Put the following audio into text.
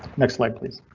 next slide, please.